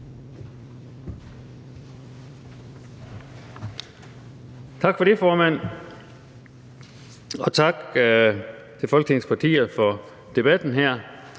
Tak for det, formand, og tak til Folketingets partier for debatten her.